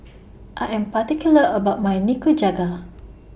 I Am particular about My Nikujaga